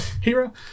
hero